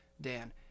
Dan